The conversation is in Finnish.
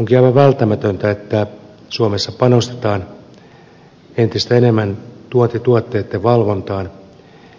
onkin aivan välttämätöntä että suomessa panostetaan entistä enemmän tuontituotteitten valvontaan